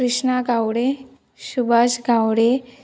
Krishna Gawde Subhash Gawade